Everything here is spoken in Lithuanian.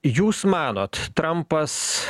jūs manot trampas